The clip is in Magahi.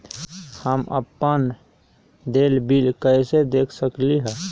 हम अपन देल बिल कैसे देख सकली ह?